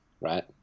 right